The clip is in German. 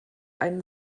einen